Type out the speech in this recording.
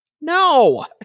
No